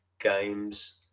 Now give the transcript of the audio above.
games